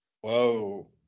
Whoa